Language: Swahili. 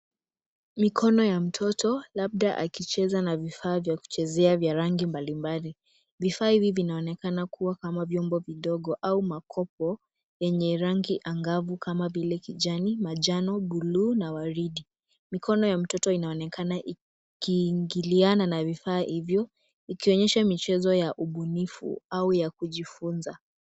Mikono ya mtoto labda akicheza na vifaa vya kuchezea vya rangi mbalimbali. Vifaa hivi vinaonekana kuwa kama vyombo vidogo au makopo yenye rangi angavu kama vile kijani, manjano, bluu na waridi. Mikono ya mtoto inaonekana ikiingiliana na vifaa hivyo ikionyesha michezo ya ubunifu au ya kujifunza.